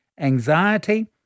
anxiety